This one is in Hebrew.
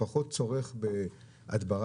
פחות צורך בהדברה,